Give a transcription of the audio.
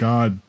God